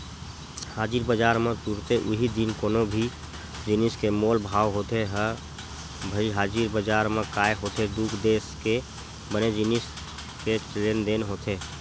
हाजिर बजार म तुरते उहीं दिन कोनो भी जिनिस के मोल भाव होथे ह भई हाजिर बजार म काय होथे दू देस के बने जिनिस के लेन देन होथे